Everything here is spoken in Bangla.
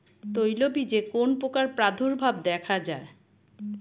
তৈলবীজে কোন পোকার প্রাদুর্ভাব দেখা যায়?